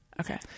Okay